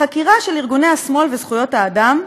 החקירה של ארגוני השמאל וזכויות האדם,